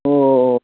ꯑꯣ